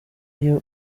iyo